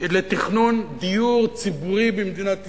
לתכנון דיור ציבורי במדינת ישראל.